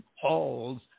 Halls